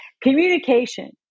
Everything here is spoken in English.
communication